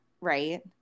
right